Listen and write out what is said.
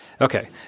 Okay